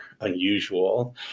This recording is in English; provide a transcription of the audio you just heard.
unusual